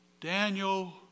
Daniel